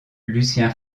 lucien